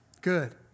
Good